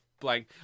blank